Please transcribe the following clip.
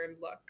look